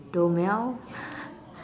豆苗